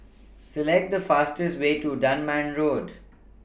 Select The fastest Way to Dunman Road